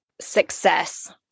success